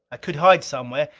i could hide somewhere,